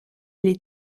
les